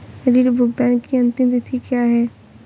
ऋण भुगतान की अंतिम तिथि क्या है?